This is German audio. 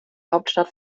hauptstadt